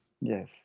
Yes